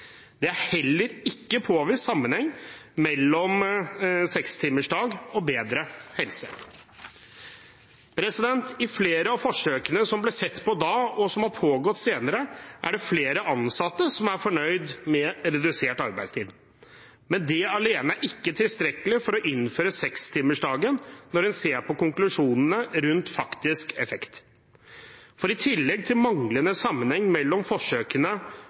Det er heller ikke påvist sammenheng mellom 6-timers arbeidsdag og helse I flere av forsøkene som ble sett på da, og som har pågått senere, er det flere ansatte som er fornøyd med redusert arbeidstid. Men det alene er ikke tilstrekkelig for å innføre sekstimersdagen når en ser på konklusjonene rundt faktisk effekt. For i tillegg til manglende sammenheng mellom forsøkene,